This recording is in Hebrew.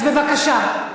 אז בבקשה.